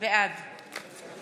בעד